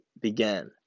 began